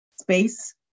space